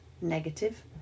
negative